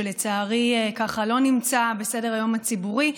שלצערי לא נמצא על סדר-היום הציבורי,